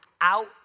out